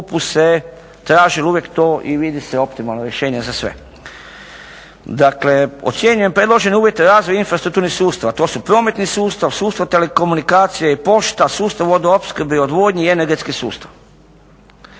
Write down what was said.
uvijek to i vidi se optimalno rješenje za sve. Dakle, ocjenjujem predložene uvjete razvoja infrastrukturnih sustava, to su prometni sustav, sustav telekomunikacija i pošta, sustav vodoopskrbe i odvodnje i energetski sustav.